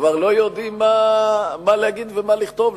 כבר לא יודעים מה להגיד ומה לכתוב.